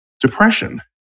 depression